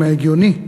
מההגיוני,